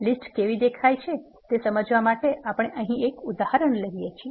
list કેવી દેખાય છે તે સમજાવવા માટે આપણે અહીં એક ઉદાહરણ લઈએ છીએ